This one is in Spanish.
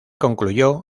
concluyó